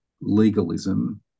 legalism